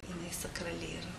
jinai sakrali yra